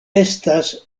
estas